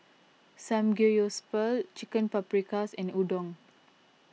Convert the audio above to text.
Samgyeopsal Chicken Paprikas and Udon